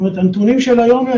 בנתונים של היום: